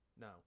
No